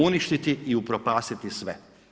Uništiti i upropastiti sve.